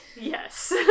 Yes